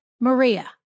Maria